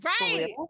right